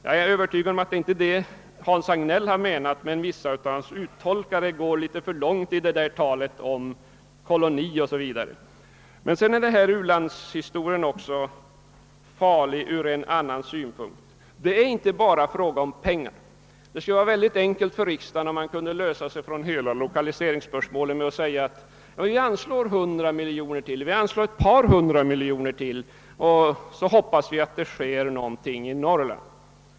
Jag är övertygad om att Hans Hagnell inte menat detta, men vissa av hans uttolkare går litet för långt i sitt tal om koloni o. s. v. Sedan är begreppet u-land också farligt ur en annan synpunkt. Det är här inte bara fråga om pengar. Det skulle vara enkelt för riksdagen om man kunde lösa sig från hela lokaliseringsspörsmålet genom att säga: Vi anslår några hundra miljoner kronor och hoppas att det sker någonting i Norrland.